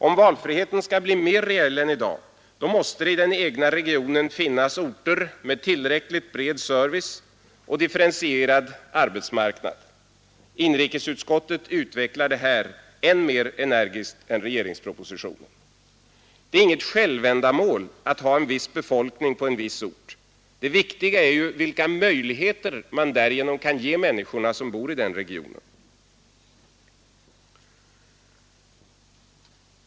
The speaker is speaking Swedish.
Om valfriheten skall bli mer reell än i dag måste det i den egna regionen finnas orter med tillräckligt bred service och differentierad arbetsmarknad. Inrikesutskottet utvecklar detta än mer energiskt än regeringspropositionen. Det är inget självändamål att ha en viss befolkning på en viss ort. Det viktiga är vilka möjligheter man därigenom kan ge människorna som bor i den regionen.